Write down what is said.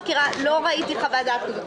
ראיתי חוות דעת כזאת.